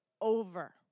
over